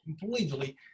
completely